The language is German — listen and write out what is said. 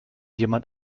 jemand